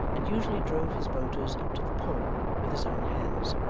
and usually drove his voters up to the poll with his own hands.